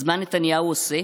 אז מה נתניהו עושה?